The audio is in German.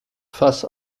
fass